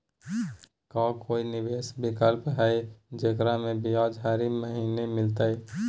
का कोई निवेस विकल्प हई, जेकरा में ब्याज हरी महीने मिलतई?